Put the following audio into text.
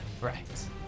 Right